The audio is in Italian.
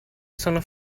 sono